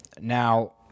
Now